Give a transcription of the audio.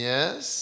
Yes